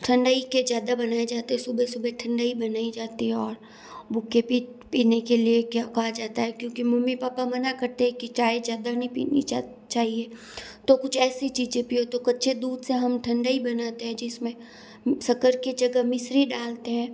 ठंडाई के ज़्यादा बनाए जाते सुबह सुबह ठंडाई बनाई जाती है और भुके पेट पीने के लिए क्या कहा जाता है क्योंकि मम्मी पापा मना करते हैं कि चाय ज़्यादा नहीं पीनी चाहिए तो कुछ ऐसी चीज़ें पिओ तो कच्चे दूध से हम ठंडाई बनाते हैं जिस में शक्कर की जगह मिश्री डालते हैं